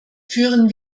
führen